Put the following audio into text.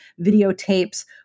videotapes